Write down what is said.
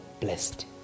blessed